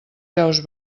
veus